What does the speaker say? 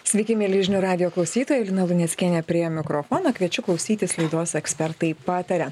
sveiki mieli žinių radijo klausytojai lina luneckienė prie mikrofono kviečiu klausytis laidos ekspertai pataria